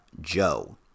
Joe